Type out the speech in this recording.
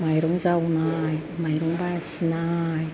माइरं जावनाय माइरं बासिनाय